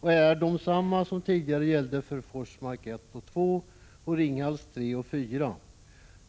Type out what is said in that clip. och är desamma som tidigare gällde för Forsmark 1 och 2 och Ringhals 3 och 4.